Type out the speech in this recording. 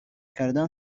کردن